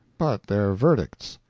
but their verdicts.